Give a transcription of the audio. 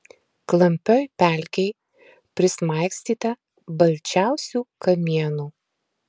klampioj pelkėj prismaigstyta balčiausių kamienų